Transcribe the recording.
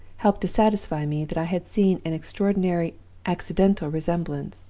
helped to satisfy me that i had seen an extraordinary accidental resemblance,